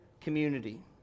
community